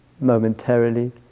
momentarily